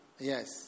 Yes